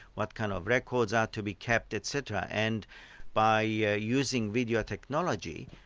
what kind of records are to be kept, et cetera. and by yeah using video technology,